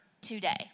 Today